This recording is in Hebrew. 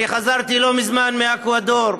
חזרתי לא מזמן מאקוודור.